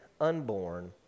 unborn